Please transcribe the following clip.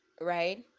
right